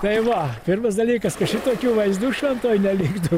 tai va pirmas dalykas kad šitokių vaizdų šventoj neliktų